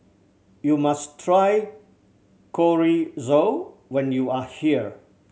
you must try Chorizo when you are here